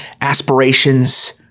aspirations